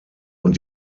und